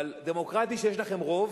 אבל דמוקרטי כשיש לכם רוב,